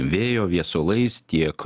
vėjo viesulais tiek